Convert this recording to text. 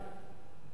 השלמה והמאוחדת.